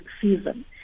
season